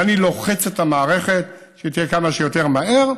ואני לוחץ את המערכת שהיא תהיה כמה שיותר מהר,